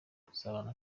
kuzabana